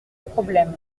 problème